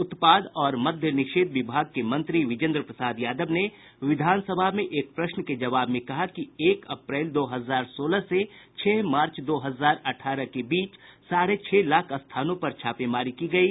उत्पाद और मद्य निषेध विभाग के मंत्री विजेन्द्र प्रसाद यादव ने विधान सभा में एक प्रशन के जवाब में कहा कि एक अप्रैल दो हजार सोलह से छह मार्च दो हजार अठारह के बीच साढ़े छह लाख स्थानों पर छापेमारी की गयी